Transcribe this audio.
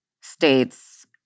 states